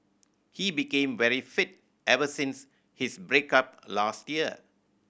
he became very fit ever since his break up last year